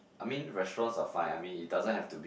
I mean restaurants are fine I mean it doesn't have to be